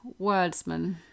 wordsman